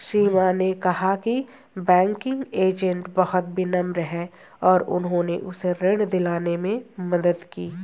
सीमा ने कहा कि बैंकिंग एजेंट बहुत विनम्र हैं और उन्होंने उसे ऋण दिलाने में मदद की